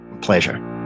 Pleasure